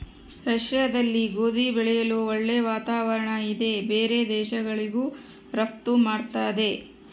ರಷ್ಯಾದಲ್ಲಿ ಗೋಧಿ ಬೆಳೆಯಲು ಒಳ್ಳೆ ವಾತಾವರಣ ಇದೆ ಬೇರೆ ದೇಶಗಳಿಗೂ ರಫ್ತು ಮಾಡ್ತದೆ